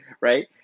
right